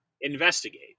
investigate